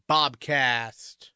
Bobcast